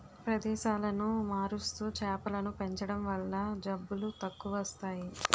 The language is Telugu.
ప్రదేశాలను మారుస్తూ చేపలను పెంచడం వల్ల జబ్బులు తక్కువస్తాయి